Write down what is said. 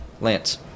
Lance